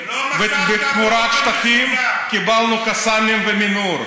ותמורת שטחים קיבלנו קסאמים ומנהור,